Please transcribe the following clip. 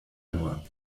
nur